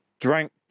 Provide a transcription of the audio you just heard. drank